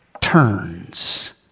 turns